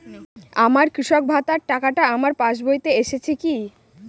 আমার কৃষক ভাতার টাকাটা আমার পাসবইতে এসেছে কি?